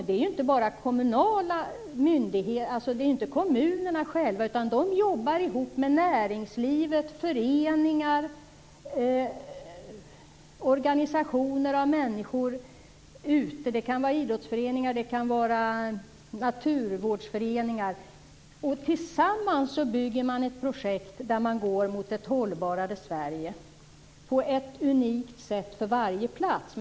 Det är inte kommunerna själva som har hand om detta. De jobbar ihop med näringslivet, föreningar och organisationer av människor. Det kan vara idrottsföreningar. Det kan vara naturvårdsföreningar. Tillsammans bygger man ett projekt där man går mot ett hållbarare Sverige på ett sätt som är unikt för varje plats.